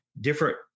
different